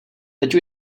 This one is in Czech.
teď